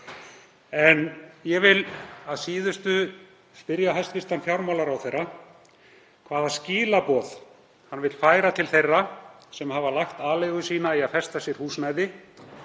Ég vil að síðustu spyrja hæstv. fjármálaráðherra hvaða skilaboð hann vilji færa þeim sem hafa lagt aleigu sína í að festa sér húsnæði,